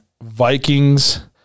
Vikings